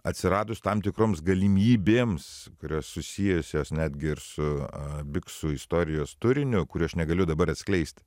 atsiradus tam tikroms galimybėms kurios susijusios netgi ir su biksų istorijos turiniu kurį aš negaliu dabar atskleist